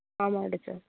ஆமாங்க டீச்சர்